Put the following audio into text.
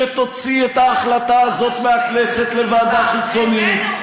שתוציא את ההחלטה הזאת מהכנסת לוועדה חיצונית,